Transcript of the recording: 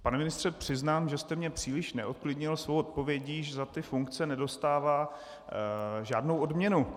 Pane ministře, přiznám, že jste mě příliš neuklidnil svou odpovědí, že za ty funkce nedostává žádnou odměnu.